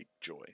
joy